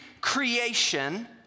creation